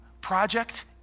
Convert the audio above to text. project